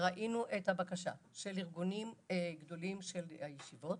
את הבקשה של ארגונים גדולים של הישיבות